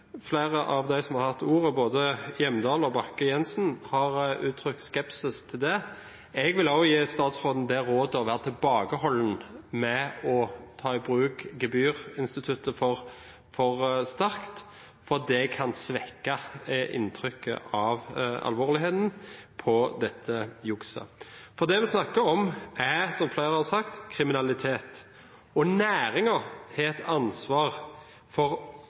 Flere av dem som har hatt ordet – både representanten Hjemdal og representanten Bakke-Jensen – har uttrykt skepsis til det. Jeg vil også gi statsråden det råd å være tilbakeholden med å ta i bruk gebyrinstituttet for sterkt, for det kan svekke inntrykket av alvorligheten av dette jukset. Det vi snakker om, er – som flere har sagt – kriminalitet. Næringen har et ansvar for